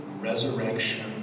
resurrection